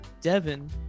Devin